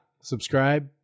subscribe